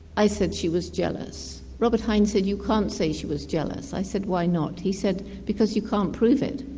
i said she was jealous. robert hindes said, you can't say she was jealous. i said, why not? he said, because you can't prove it.